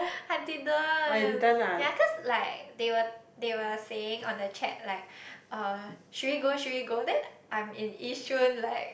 I didn't ya cause like they were they were saying on the chat like uh should we go should we go then I'm in Yishun like